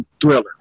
Thriller